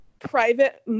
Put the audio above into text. private